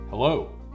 Hello